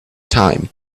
time